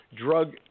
drug